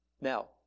Now